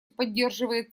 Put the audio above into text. поддерживает